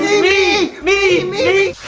me! me! me!